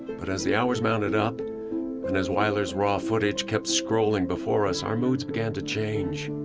but as the hours mounted up and as wyler's raw footage kept scrolling before us, our moods began to change.